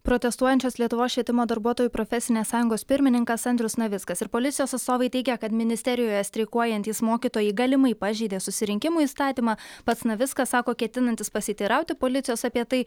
protestuojančios lietuvos švietimo darbuotojų profesinės sąjungos pirmininkas andrius navickas ir policijos atstovai teigia kad ministerijoje streikuojantys mokytojai galimai pažeidė susirinkimų įstatymą pats navickas sako ketinantis pasiteirauti policijos apie tai